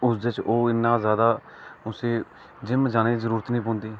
उसदे च ओह् इन्ना ज्यादा उसी जिम जाने दी जरुरत नेईं पोंदी